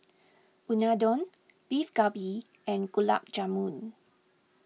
Unadon Beef Galbi and Gulab Jamun